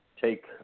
take